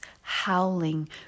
howling